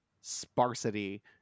sparsity